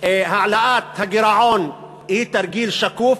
העלאת הגירעון היא תרגיל שקוף,